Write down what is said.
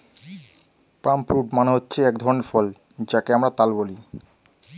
পাম fruit মানে হচ্ছে এক ধরনের ফল যাকে আমরা তাল বলি